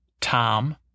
Tom